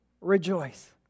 rejoice